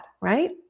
right